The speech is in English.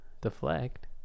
Deflect